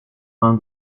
vain